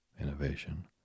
innovation